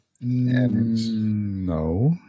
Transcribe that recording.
No